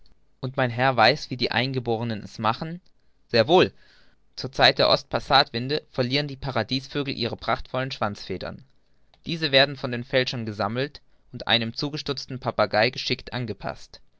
und mein herr weiß wie die eingeborenen es machen sehr wohl zur zeit der ostpassatwinde verlieren die paradiesvögel ihre prachtvollen schwanzfedern diese werden von den fälschern gesammelt und einem zugestutzten papagei geschickt angepaßt